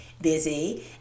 busy